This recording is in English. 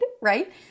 right